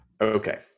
Okay